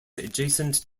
adjacent